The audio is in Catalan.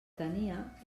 tenia